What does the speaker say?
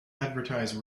advertise